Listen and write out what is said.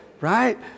Right